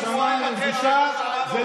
ושמענו על המושג בושה.